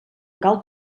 cal